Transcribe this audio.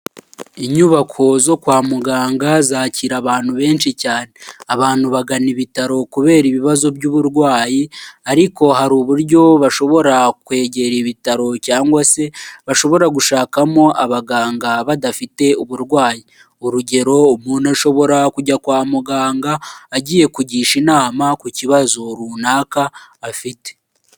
Inyubako zo kwa muganga zakira abantu benshi cyane, abantu bagana ibitaro kubera ibibazo by'uburwayi ariko hari uburyo bashobora kwegera ibitaro cyangwa se bashobora gushakamo abaganga badafite uburwayi . Urugero umuntu ashobora kujya kwa muganga agiye kugisha inama ku kibazo runaka afite.